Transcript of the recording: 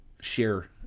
share